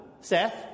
Seth